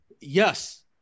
Yes